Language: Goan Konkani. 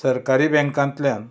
सरकारी बँकांतल्यान